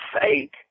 fake